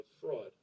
fraud